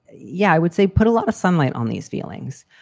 yeah, i would say put a lot of sunlight on these feelings.